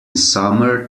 summer